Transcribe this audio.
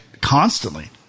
constantly